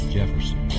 Jefferson